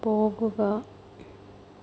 പോകുക